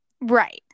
right